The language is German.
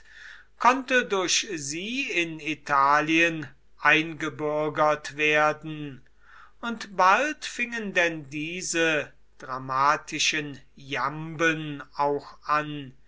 konnte durch sie in italien eingebürgert werden und bald fingen denn diese dramatischen jamben auch an